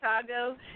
Chicago